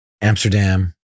Amsterdam